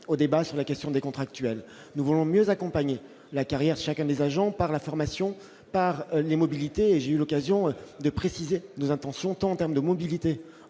au débat sur la question des contractuels, nous voulons mieux accompagner la carrière chacun des agents par la formation par l'immobilité et j'ai eu l'occasion de préciser nos intentions tant de mobilité